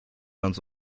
ans